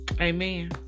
Amen